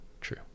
True